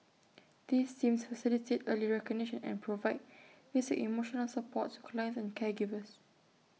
these teams facilitate early recognition and provide basic emotional support to clients and caregivers